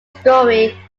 story